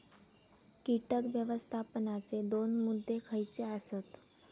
कीटक व्यवस्थापनाचे दोन मुद्दे खयचे आसत?